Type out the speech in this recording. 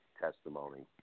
Testimony